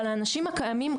אבל האנשים הקיימים,